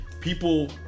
people